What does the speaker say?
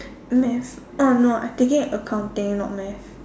math oh no I taking accounting not math